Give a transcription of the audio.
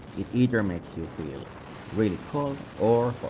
it either makes you feel really cold or